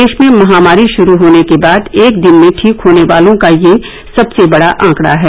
देश में महामारी शुरू होने के बाद एक दिन में ठीक होने वालों का यह सबसे बडा आंकडा है